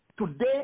Today